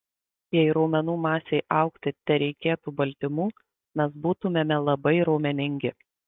jei raumenų masei augti tereikėtų baltymų mes būtumėme labai raumeningi